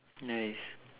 nice